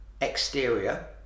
exterior